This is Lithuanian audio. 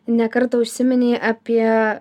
ne kartą užsiminei apie